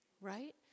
right